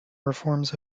reforms